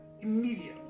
immediately